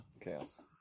chaos